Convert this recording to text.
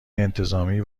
انتظامی